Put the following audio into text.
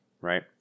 Right